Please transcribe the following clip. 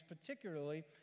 particularly